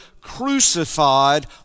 crucified